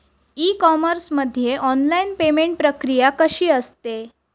E commerce मध्ये online payment प्रक्रिया कशी असते?